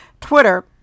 Twitter